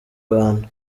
bantu